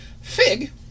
Fig